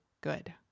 good